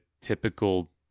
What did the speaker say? typical